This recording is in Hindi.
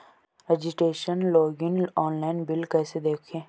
रजिस्ट्रेशन लॉगइन ऑनलाइन बिल कैसे देखें?